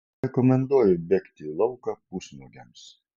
nerekomenduoju bėgti į lauką pusnuogiams